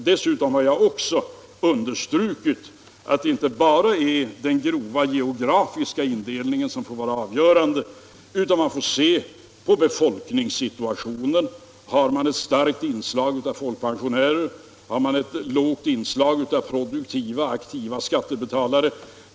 Dessutom har jag understrukit att det inte bara är den grova, rent geografiska indelningen som bör vara avgörande, utan att man också måste ta hänsyn till befolkningssituationen och till om det finns ett starkt inslag av folkpensionärer och ett lågt inslag av produktiva, aktiva skattebetalare.